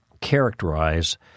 characterize